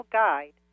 guide